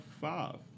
five